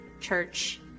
church